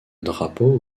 drapeau